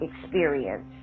experience